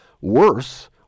worse